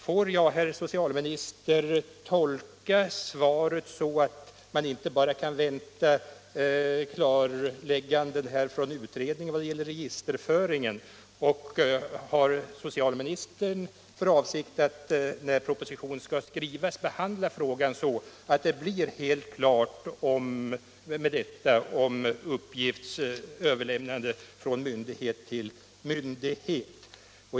Får jag, herr socialminister, tolka svaret så, att man kan vänta ett klarläggande från utredningen inte bara i vad gäller registerföringen? Har social ministern för avsikt att när propositionen skall skrivas behandla saken så att — Nr 57 det blir full klarhet i fråga om uppgifters överlämnande från myndighet till myndighet?